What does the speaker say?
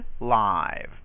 live